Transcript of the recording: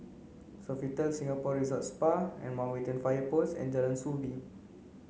Sofitel Singapore Resort Spa Fire Post and Jalan Soo Bee